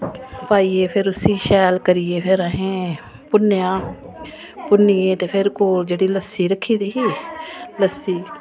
पाइयै फिर उसी शैल करी असें भुन्नेआ भुन्नियै ते फिर उसी कोल जेह्ड़ी लस्सी रक्खी दी ही लस्सी